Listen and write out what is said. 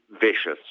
vicious